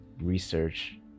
research